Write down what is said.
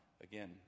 again